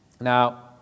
Now